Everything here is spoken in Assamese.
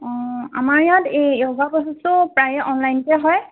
অঁ আমাৰ ইয়াত এই প্ৰায় অনলাইনতে হয়